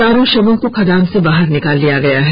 चारों शवों को खदान से बाहर निकाल लिया गया है